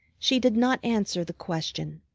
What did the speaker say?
she did not answer the question.